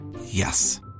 Yes